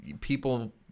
people